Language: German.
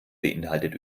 beeinhaltet